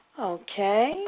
Okay